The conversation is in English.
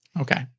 Okay